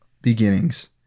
Beginnings